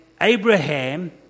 Abraham